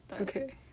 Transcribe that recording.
Okay